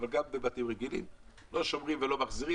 אבל גם בבתים רגילים לשמור ולהחזיר.